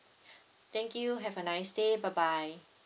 thank you have a nice day bye bye